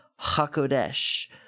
Hakodesh